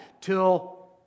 till